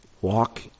walk